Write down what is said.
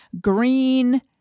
green –